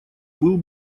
был